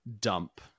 dump